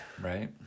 Right